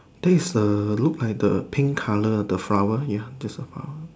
this err look like the pink colour the flower ya that's about